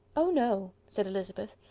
oh, no! said elizabeth.